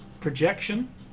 Projection